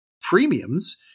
premiums